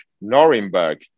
Nuremberg